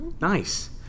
Nice